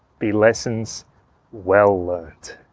be lessons well-learnt.